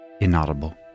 inaudible